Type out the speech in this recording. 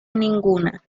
ninguna